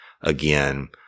again